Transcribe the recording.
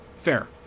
Fair